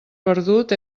perdut